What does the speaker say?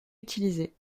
utilisé